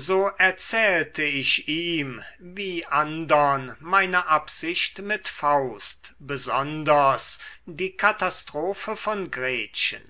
so erzählte ich ihm wie andern meine absicht mit faust besonders die katastrophe von gretchen